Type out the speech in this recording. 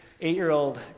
eight-year-old